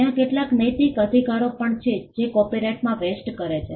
ત્યાં કેટલાક નૈતિક અધિકારો પણ છે જે કોપિરાઇટમાં વેસ્ટ કરે છે